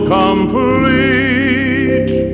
complete